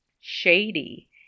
Shady